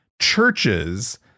churches